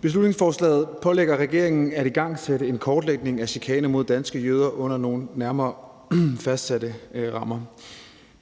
Beslutningsforslaget pålægger regeringen at igangsætte en kortlægning af chikane mod danske jøder under nogle nærmere fastsatte rammer.